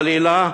חלילה,